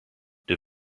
die